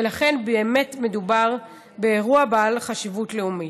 ולכן, באמת מדובר באירוע בעל חשיבות לאומית.